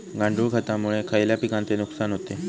गांडूळ खतामुळे खयल्या पिकांचे नुकसान होते?